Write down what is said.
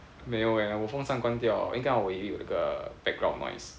没有哦我风扇关掉了因刚我以为有一个 background noise